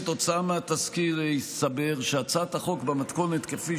כתוצאה מהתזכיר הסתבר שהצעת החוק במתכונת כפי